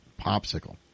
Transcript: Popsicle